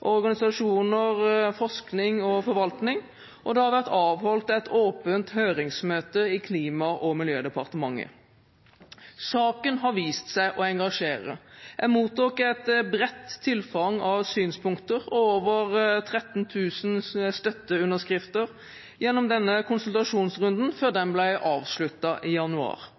organisasjoner, forskning og forvaltning, og det har vært avholdt et åpent høringsmøte i Klima- og miljødepartementet. Saken har vist seg å engasjere. Jeg mottok et bredt tilfang av synspunkter, og over 13 000 støtteunderskrifter, gjennom denne konsultasjonsrunden før den ble avsluttet i januar.